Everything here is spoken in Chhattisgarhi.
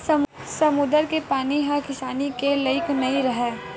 समुद्दर के पानी ह किसानी के लइक नइ राहय